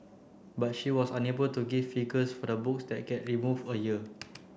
but she was unable to give figures for the books that get remove a year